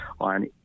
on